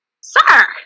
sir